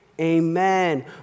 amen